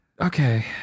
Okay